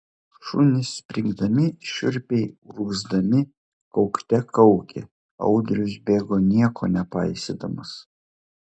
šunys springdami šiurpiai urgzdami kaukte kaukė audrius bėgo nieko nepaisydamas